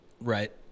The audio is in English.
Right